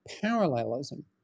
parallelism